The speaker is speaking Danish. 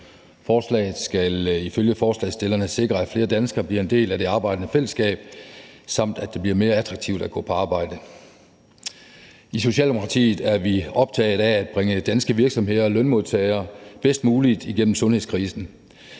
Forslaget skal ifølge forslagsstillerne sikre, at flere danskere bliver en del af det arbejdende fællesskab, samt at det bliver mere attraktivt at gå på arbejde. I Socialdemokratiet er vi optaget af at bringe danske virksomheder og lønmodtagere bedst muligt igennem sundhedskrisen.